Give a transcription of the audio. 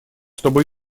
чтобы